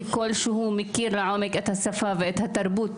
ככל שהוא מכיר לעומק את השפה ואת התרבות